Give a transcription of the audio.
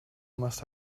must